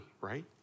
right